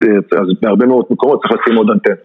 אז בהרבה מאוד מקורות צריך לשים עוד ....